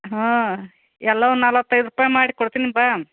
ಹಾಂ ಎಲ್ಲವೂ ನಲ್ವತ್ತೈದು ರೂಪಾಯಿ ಮಾಡಿ ಕೊಡ್ತೀನಿ ಬಾ